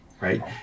right